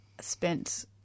spent